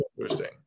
interesting